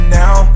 now